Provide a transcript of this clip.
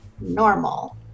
normal